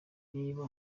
niba